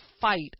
fight